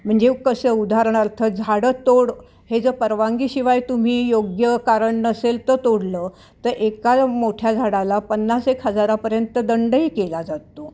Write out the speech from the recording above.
म्हणजे कसं उदाहरणार्थ झाडंतोड हे जर परनगीशिवाय तुम्ही योग्य कारण नसेल तर तोडलं त एका मोठ्या झाडाला पन्नास एक हजारापर्यंत दंडही केला जातो